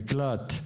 נקלט,